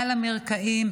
מעל המרקעים,